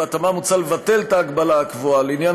ובהתאמה מוצע לבטל את ההגבלה הקבועה לעניין